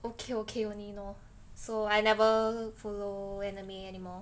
okay okay only lor so I never follow anime anymore